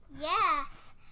yes